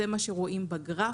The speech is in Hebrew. זה מה שרואים בגרף,